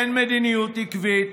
אין מדיניות עקבית.